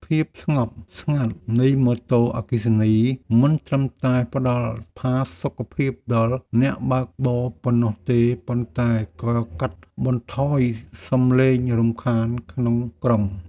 ភាពស្ងប់ស្ងាត់នៃម៉ូតូអគ្គិសនីមិនត្រឹមតែផ្តល់ផាសុកភាពដល់អ្នកបើកបរប៉ុណ្ណោះទេប៉ុន្តែក៏កាត់បន្ថយសំឡេងរំខានក្នុងក្រុង។